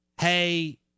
hey